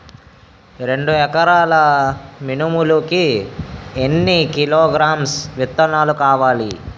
రెండు ఎకరాల మినుములు కి ఎన్ని కిలోగ్రామ్స్ విత్తనాలు కావలి?